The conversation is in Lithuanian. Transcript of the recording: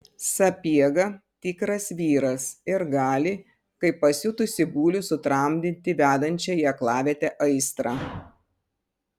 sapiega tikras vyras ir gali kaip pasiutusį bulių sutramdyti vedančią į aklavietę aistrą